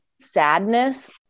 sadness